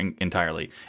entirely